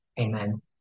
Amen